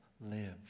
live